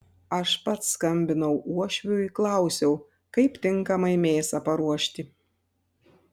aš pats skambinau uošviui klausiau kaip tinkamai mėsą paruošti